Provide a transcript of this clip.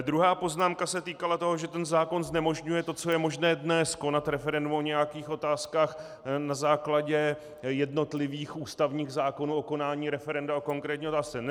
Druhá poznámka se týkala toho, že ten zákon znemožňuje to, co je možné dnes, konat referendum o nějakých otázkách na základě jednotlivých ústavních zákonů o konání referenda o konkrétní otázce.